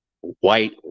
white